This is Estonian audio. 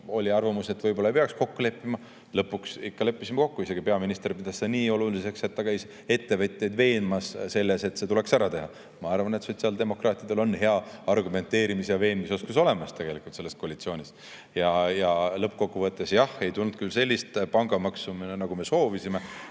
oli arvamus, et võib-olla ei peaks selles kokku leppima. Lõpuks ikka leppisime kokku. Isegi peaminister pidas seda nii oluliseks, et ta käis ettevõtjaid veenmas selles, et see tuleks ära teha. Ma arvan, et sotsiaaldemokraatidel on hea argumenteerimis‑ ja veenmisoskus tegelikult olemas selles koalitsioonis. Lõppkokkuvõttes jah, ei tulnud küll sellist pangamaksu, nagu me soovisime.